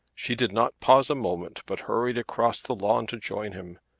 she did not pause a moment but hurried across the lawn to join him.